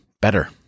better